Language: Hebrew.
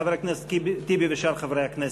חבר הכנסת טיבי ושאר חברי הכנסת,